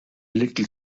little